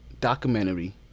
documentary